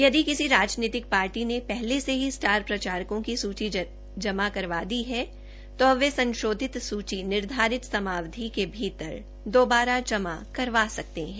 यदि किसी राजनीतिक पार्टी ने पहले से ही स्टार प्रचारकों की सूची जमा करवा दी है तो अब वे संशोधित सूची निर्धारित समयावधि के भीतर दोबारा जमा करवा सकते हैं